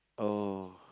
oh